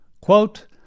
quote